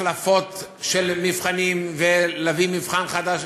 החלפות של מבחנים ולהביא מבחן חדש.